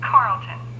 Carlton